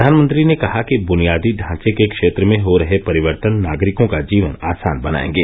प्रधानमंत्री ने कहा कि बुनियादी ढांचे के क्षेत्र में हो रहे परिवर्तन नागरिकों का जीवन आसान बनायेंगे